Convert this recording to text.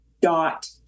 dot